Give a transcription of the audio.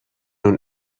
اون